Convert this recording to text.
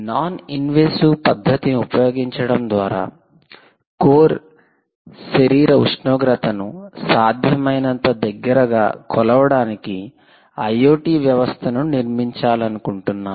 non invasive పద్ధతిని ఉపయోగించడం ద్వారా కోర్ప్రధాన శరీర ఉష్ణోగ్రతను సాధ్యమైనంత దగ్గరగా కొలవడానికి IoT వ్యవస్థను నిర్మించాలనుకుంటున్నాను